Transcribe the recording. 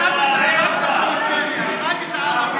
הרג את הפריפריה, הרג את הערבים.